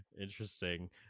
Interesting